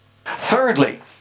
Thirdly